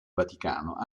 vaticano